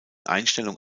einstellung